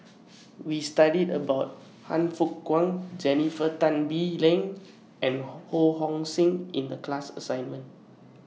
We studied about Han Fook Kwang Jennifer Tan Bee Leng and Ho Hong Sing in The class assignment